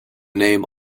name